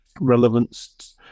relevance